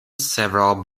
several